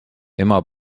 ema